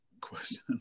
question